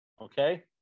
Okay